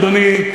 אדוני,